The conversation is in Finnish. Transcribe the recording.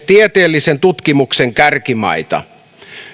tieteellisen tutkimuksen kärkimaita